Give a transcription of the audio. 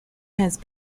has